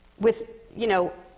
with you know,